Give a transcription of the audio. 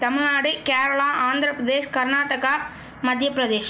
Tamil Nadu Kerala Andhra Pradesh Karnataka Madhya Pradesh